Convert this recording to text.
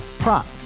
Prop